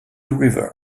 river